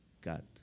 God